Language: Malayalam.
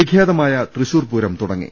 വിഖ്യാതമായ തൃശൂർപൂരം തുടങ്ങി